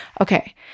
Okay